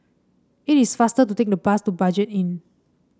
it is faster to take the bus to Budget Inn